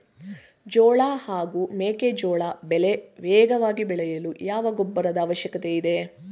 ಜೋಳ ಹಾಗೂ ಮೆಕ್ಕೆಜೋಳ ಬೆಳೆ ವೇಗವಾಗಿ ಬೆಳೆಯಲು ಯಾವ ಗೊಬ್ಬರದ ಅವಶ್ಯಕತೆ ಇದೆ?